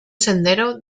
sendero